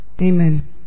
Amen